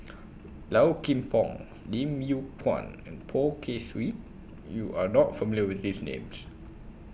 Low Kim Pong Lim Yew Kuan and Poh Kay Swee YOU Are not familiar with These Names